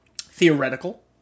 theoretical